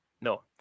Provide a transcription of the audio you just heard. No